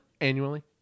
Annually